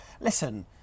listen